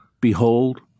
behold